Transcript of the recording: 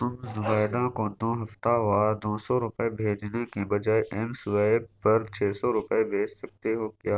تم زبیدہ کو دو ہفتہ وار دو سو روپئے بھیجنے کے بجائے ایم سوائیپ پر چھ سو روپئے بھیج سکتے ہو کیا